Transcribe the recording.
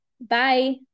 Bye